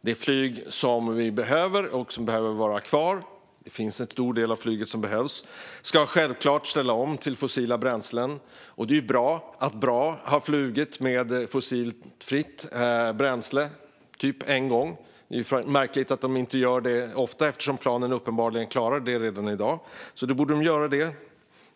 Det flyg som behövs och som behöver finnas kvar - en stor del av flyget som behövs faktiskt - ska självklart ställa om till fossilfria bränslen. Det är bra att BRA har flugit med fossilfritt bränsle någon gång, men märkligt att de inte gör det oftare, eftersom planen uppenbarligen klarar det redan i dag. De borde göra det mer.